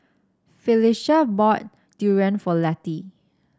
Phylicia bought Durian for Letty